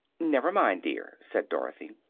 never mind, dear, said dorothy.